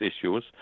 issues